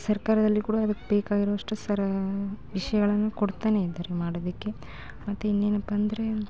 ಸರ್ಕಾರದಲ್ಲಿ ಕೂಡ ಅದಕ್ಕೆ ಬೇಕಾಗಿರುವಷ್ಟು ಸರಾ ವಿಷಯಗಳನ್ನು ಕೊಡ್ತಲೇ ಇದ್ದಾರೆ ಮಾಡೋದಕ್ಕೆ ಮತ್ತೆ ಇನ್ನೇನಪ್ಪ ಅಂದ್ರೆ